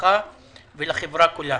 למשפחה ולחברה כולה.